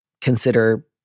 consider